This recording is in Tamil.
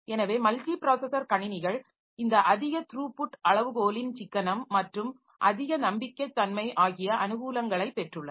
எனவே மல்டிப்ராஸஸர் கணினிகள் இந்த அதிக த்ரூபுட் அளவுகோலின் சிக்கனம் மற்றும் அதிக நம்பகத்தன்மை ஆகிய அனுகூலங்களைப் பெற்றுள்ளன